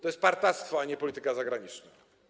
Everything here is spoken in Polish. To jest partactwo, a nie polityka zagraniczna.